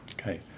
Okay